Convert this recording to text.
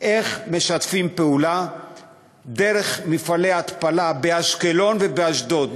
איך משתפים פעולה דרך מפעלי התפלה באשקלון ובאשדוד.